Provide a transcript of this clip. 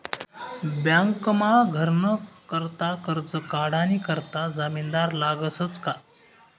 बँकमा घरनं करता करजं काढानी करता जामिनदार लागसच का